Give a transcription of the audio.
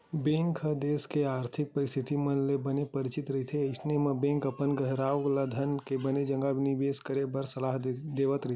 bank ह देस के आरथिक परिस्थिति मन ले बने परिचित रहिथे अइसन म बेंक अपन गराहक ल धन के बने जघा निबेस करे बर सलाह देवत रहिथे